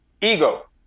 Ego